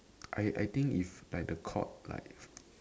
I I think if like the court like